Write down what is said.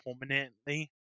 permanently